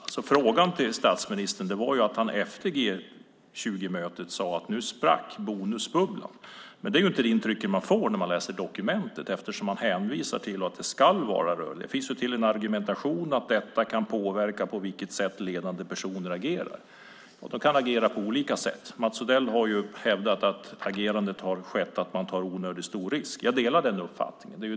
Efter G20-mötet sade statsministern att bonusbubblan sprack, men det är inte det intryck man får när man läser dokumentet. Han hänvisar till att det ska vara rörliga delar. Det finns en argumentation att detta kan påverka på vilket sätt ledande personer agerar. De kan agera på olika sätt. Mats Odell har hävdat att agerandet har varit att man tar onödigt stor risk. Jag delar den uppfattningen.